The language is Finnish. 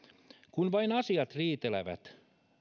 kun vain asiat riitelevät